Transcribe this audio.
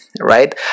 right